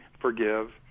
forgive